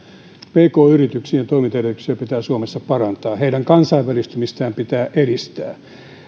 pk yrityksien toimintaedellytyksiä pitää suomessa parantaa heidän kansainvälistymistään pitää edistää